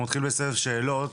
אנחנו נתחיל בסבב שאלות.